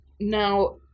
now